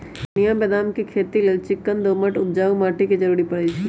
चिनियाँ बेदाम के खेती लेल चिक्कन दोमट उपजाऊ माटी के जरूरी पड़इ छइ